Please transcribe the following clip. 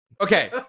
Okay